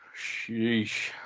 Sheesh